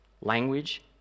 language